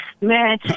Man